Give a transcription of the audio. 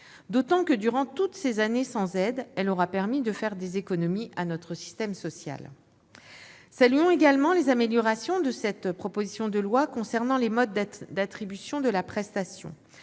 D'autant que durant toutes ces années sans aide, elle aura permis de faire des économies à notre système social. Saluons également les améliorations de cette proposition de loi concernant les modes d'attribution de la prestation